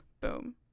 boom